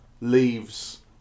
leaves